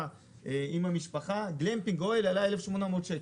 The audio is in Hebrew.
עם המשפחה וגלמפינג אוהל עלה 1,800 שקל.